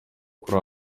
kuri